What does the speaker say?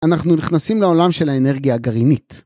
‫אנחנו נכנסים לעולם ‫של האנרגיה הגרעינית.